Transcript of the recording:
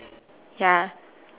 ya